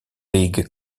league